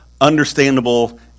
understandable